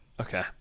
Okay